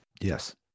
Yes